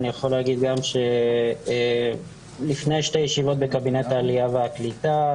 ואני יכול להגיד גם שלפני שתי ישיבות בקבינט העלייה והקליטה,